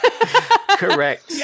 Correct